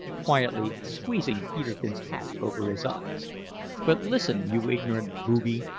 quietly squeezing peterkin's hat over his eyes but listen, you ignorant boobie!